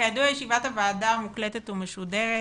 "כידוע ישיבת הוועדה מוקלטת ומשודרת.